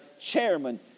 chairman